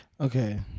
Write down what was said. Okay